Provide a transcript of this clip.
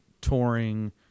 touring